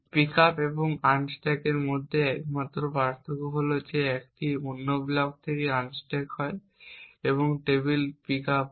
pick up এবং আনস্ট্যাকের মধ্যে একমাত্র পার্থক্য হল এটি অন্য ব্লক থেকে আনস্ট্যাক হয় এবং টেবিল থেকে পিক আপ হয়